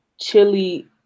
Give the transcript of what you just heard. Chili